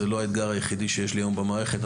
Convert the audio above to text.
זה לא האתגר היחיד שיש לי היום במערכת,